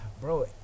Bro